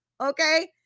Okay